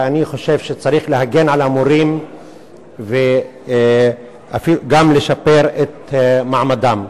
ואני חושב שצריך להגן על המורים וגם לשפר את מעמדם.